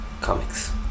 Comics